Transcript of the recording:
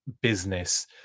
business